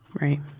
Right